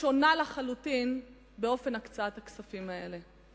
שונה לחלוטין באופן הקצאת הכספים האלה.